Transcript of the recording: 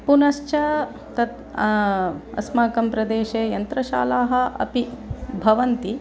पुनश्च तत् अस्माकं प्रदेशे यन्त्रशालाः अपि भवन्ति